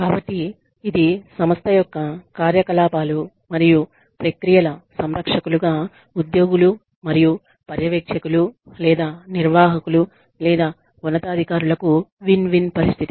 కాబట్టి ఇది సంస్థ యొక్క కార్యకలాపాలు మరియు ప్రక్రియల సంరక్షకులుగా ఉద్యోగులు మరియు పర్యవేక్షకులు లేదా నిర్వాహకులు లేదా ఉన్నతాధికారులకు విన్ విన్పరిస్థితి